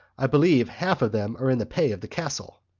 i believe half of them are in the pay of the castle.